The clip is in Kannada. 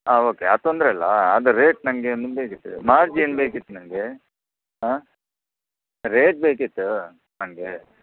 ಹಾಂ ಓಕೆ ಅದು ತೊಂದರೆಯಿಲ್ಲಾ ಆದರೆ ರೇಟ್ ನಂಗೆ ನಿಮ್ದು ಹೇಗಿತ್ತು ಮಾರ್ಜಿನ್ ಬೇಕಿತ್ತು ನಂಗೆ ಹಾಂ ರೇಟ್ ಬೇಕಿತ್ತೂ ನಂಗೆ